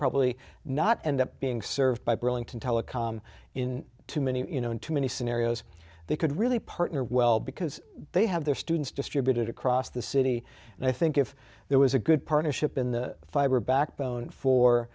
probably not end up being served by burlington telecom in too many you know in too many scenarios they could really partner well because they have their students distributed across the city and i think if there was a good partnership in the fiber backbone for